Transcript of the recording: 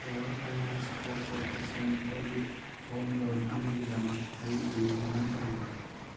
power Finance ꯀꯣꯔꯄꯣꯔꯇꯦꯁꯟꯇꯒꯤ home loan ꯑꯃꯒꯤꯗꯃꯛ ꯑꯩ ꯏꯂꯤꯖꯤꯕꯜ ꯑꯣꯏꯕ꯭ꯔꯥ